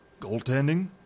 Goaltending